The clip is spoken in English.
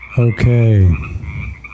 Okay